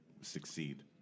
succeed